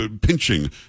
pinching